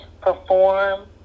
perform